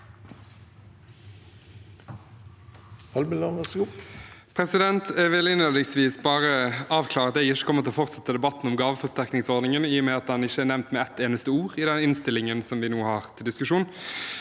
leder): Jeg vil innledningsvis bare avklare at jeg ikke kommer til å fortsette debatten om gaveforsterkningsordningen, i og med at den ikke er nevnt med ett eneste ord i den innstillingen vi nå har til diskusjon.